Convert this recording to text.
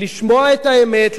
לשמוע את האמת,